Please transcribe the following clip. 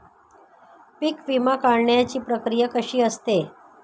पीक विमा काढण्याची प्रक्रिया कशी असते?